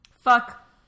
Fuck